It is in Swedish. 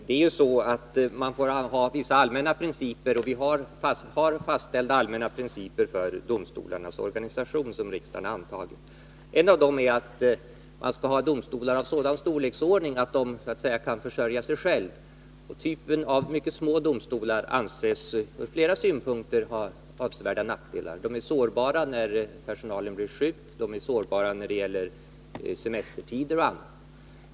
Herr talman! Man måste här följa vissa allmänna principer, och vi har fastställda principer för domstolarnas organisation som riksdagen har antagit. En av dem är att man skall ha domstolar av sådan storleksordning att de så att säga kan försörja sig själva. Att ha mycket små domstolar anses från flera synpunkter ha avsevärda nackdelar. De är sårbara när personalen blir sjuk, i semestertider och i andra sammanhang.